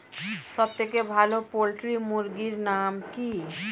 সবথেকে ভালো পোল্ট্রি মুরগির নাম কি?